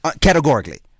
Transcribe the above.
Categorically